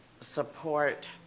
support